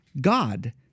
God